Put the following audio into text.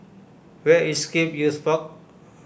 where is Scape Youth Park